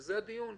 זה הדיון.